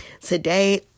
Today